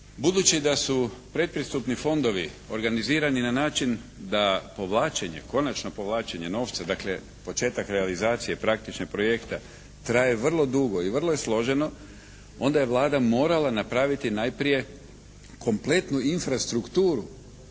Budući da su predpristupni fondovi organizirani na način da povlačenje, konačno povlačenje novca dakle početak realizacije praktično projekta traje vrlo dugo i vrlo je složeno onda je Vlada morala napraviti najprije kompletnu infrastrukturu